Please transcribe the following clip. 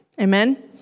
Amen